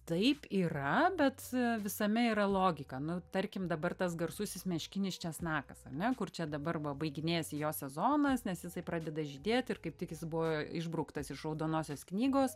taip yra bet visame yra logika nu tarkim dabar tas garsusis meškinis česnakas ar ne kur čia dabar va baiginėjasi jo sezonas nes jisai pradeda žydėt ir kaip tik jis buvo išbrauktas iš raudonosios knygos